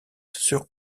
sur